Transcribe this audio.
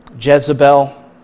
Jezebel